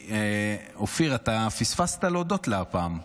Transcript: אופיר, אתה פספסת להודות לה הפעם.